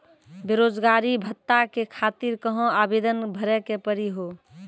बेरोजगारी भत्ता के खातिर कहां आवेदन भरे के पड़ी हो?